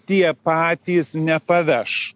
tie patys nepaveš